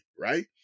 right